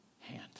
hand